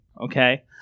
okay